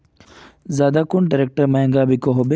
ज्यादा कुन ट्रैक्टर महंगा बिको होबे?